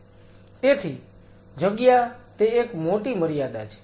તેથી જગ્યા તે એક મોટી મર્યાદા છે